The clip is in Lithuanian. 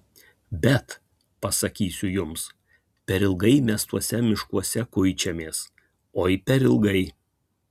bet pasakysiu jums per ilgai mes tuose miškuose kuičiamės oi per ilgai